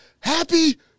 happy